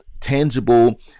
tangible